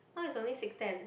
now is only six ten